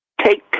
take